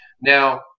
Now